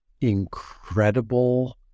incredible